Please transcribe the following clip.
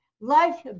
life